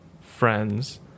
friends